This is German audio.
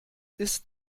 ist